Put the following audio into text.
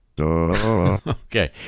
Okay